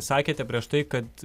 sakėte prieš tai kad